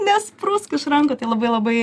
nesprūsk iš rankų tai labai labai